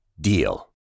DEAL